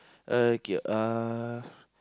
okay uh